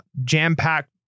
jam-packed